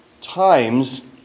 times